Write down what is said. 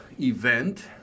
event